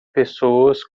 pessoas